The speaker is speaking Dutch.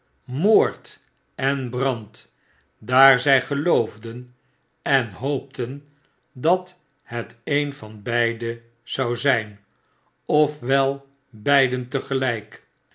moord en brand daar zy geloofden en hoopten dat het een van beide zou zijn of wel beide tegelyk